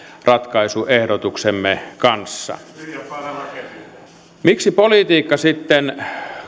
ratkaisuehdotuksemme kanssa miksi politiikka sitten